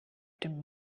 dem